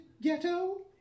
ghetto